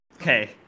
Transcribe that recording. Okay